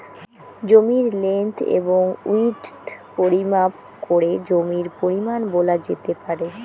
জমির লেন্থ এবং উইড্থ পরিমাপ করে জমির পরিমান বলা যেতে পারে